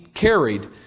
carried